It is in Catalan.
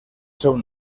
seu